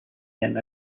them